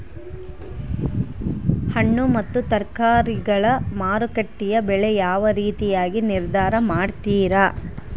ಹಣ್ಣು ಮತ್ತು ತರಕಾರಿಗಳ ಮಾರುಕಟ್ಟೆಯ ಬೆಲೆ ಯಾವ ರೇತಿಯಾಗಿ ನಿರ್ಧಾರ ಮಾಡ್ತಿರಾ?